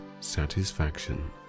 satisfaction